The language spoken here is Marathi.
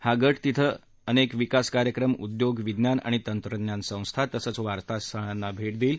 हा गट तिथे अनेक विकास कार्यक्रम उद्योग विज्ञान आणि तंत्रज्ञान संस्था तसंच वारसा स्थळांना भेट देतील